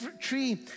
tree